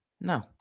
No